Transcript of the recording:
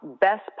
best